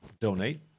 donate